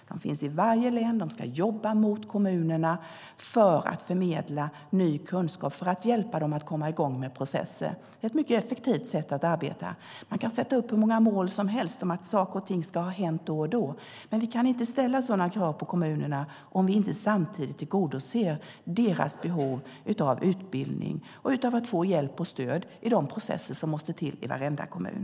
De finns i varje län, och de ska jobba mot kommunerna för att förmedla ny kunskap så att kommunerna hjälps i gång med processer. Det är ett mycket effektivt sätt att arbeta. Man kan sätta upp hur många mål som helst om att saker och ting ska ha hänt då och då, men vi kan inte ställa sådana krav på kommunerna om vi inte samtidigt tillgodoser deras behov av utbildning och av att få hjälp och stöd i de processer som måste till i varenda kommun.